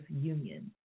union